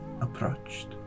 approached